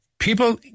People